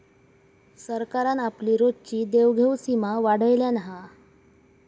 सरकारान आपली रोजची देवघेव सीमा वाढयल्यान हा